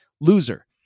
Loser